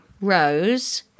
rows